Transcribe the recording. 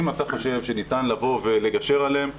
אם אתה חושב שניתן לבוא ולגשר עליהם,